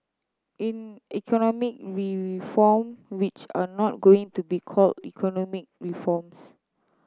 economic reform which are not going to be called economic reforms